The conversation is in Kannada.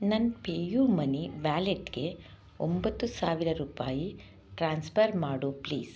ನನ್ನ ಪೇ ಯು ಮನಿ ವ್ಯಾಲೆಟ್ಗೆ ಒಂಬತ್ತು ಸಾವಿರ ರೂಪಾಯಿ ಟ್ರ್ಯಾನ್ಸ್ಪರ್ ಮಾಡು ಪ್ಲೀಸ್